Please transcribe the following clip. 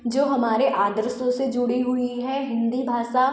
जो हमारे आदर्शों से जुड़ी हुई है हिन्दी भाषा